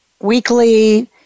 weekly